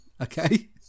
okay